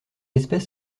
espèce